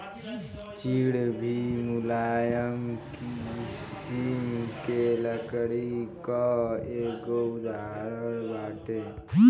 चीड़ भी मुलायम किसिम के लकड़ी कअ एगो उदाहरण बाटे